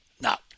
Now